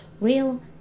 Real